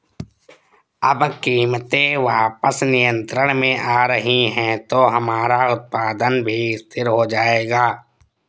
अब कीमतें वापस नियंत्रण में आ रही हैं तो हमारा उत्पादन भी स्थिर हो जाएगा